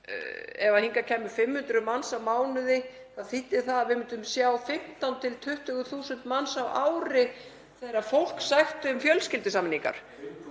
að ef hingað kæmu 500 manns á mánuði þá þýddi það að við myndum sjá 15.000–20.000 manns á ári þegar fólk sækti um fjölskyldusameiningar.